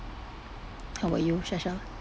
how about you shasha